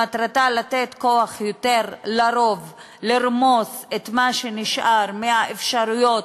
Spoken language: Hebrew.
שמטרתה לתת יותר כוח לרוב לרמוס את מה שנשאר מהאפשרויות